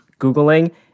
Googling